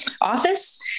office